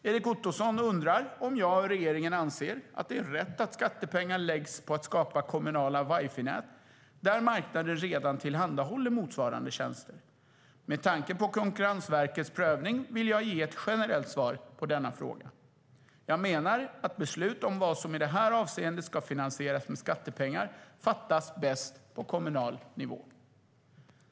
Erik Ottoson undrar om jag och regeringen anser att det är rätt att skattepengar läggs på att skapa kommunala wifi-nät där marknaden redan tillhandahåller motsvarande tjänster. Med tanke på Konkurrensverkets prövning vill jag ge ett generellt svar på denna fråga. Jag menar att beslut om vad som i det här avseendet ska finansieras med skattepengar fattas bäst på kommunal nivå.